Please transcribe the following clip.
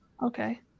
Okay